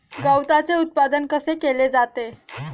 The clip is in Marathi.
गवताचे उत्पादन कसे केले जाते?